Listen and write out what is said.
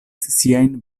siajn